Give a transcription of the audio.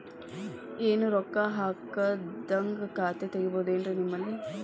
ಏನು ರೊಕ್ಕ ಹಾಕದ್ಹಂಗ ಖಾತೆ ತೆಗೇಬಹುದೇನ್ರಿ ನಿಮ್ಮಲ್ಲಿ?